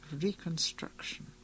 reconstruction